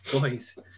boys